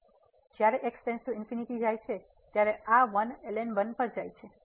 તેથી જ્યારે x ∞ જાય છે ત્યારે આ 1 ln1 0 પર જાય છે